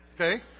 Okay